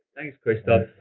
thanks, christoph.